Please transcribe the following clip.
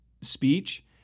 speech